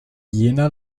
jena